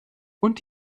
und